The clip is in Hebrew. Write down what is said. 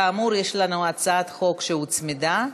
כאמור, יש לנו הצעת חוק שהוצמדה,